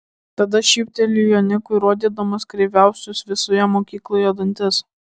tada šyptelėjo nikui rodydamas kreiviausius visoje mokykloje dantis